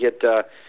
get –